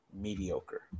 mediocre